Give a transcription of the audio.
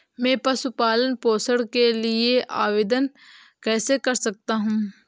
मैं पशु पालन पोषण के लिए आवेदन कैसे कर सकता हूँ?